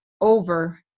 over